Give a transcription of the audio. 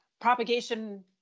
propagation